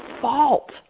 fault